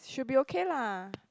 should be okay lah